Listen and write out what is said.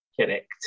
Correct